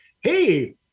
hey